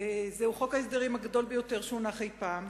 זהו חוק ההסדרים הגדול ביותר שהונח אי-פעם,